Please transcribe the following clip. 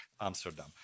Amsterdam